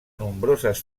nombroses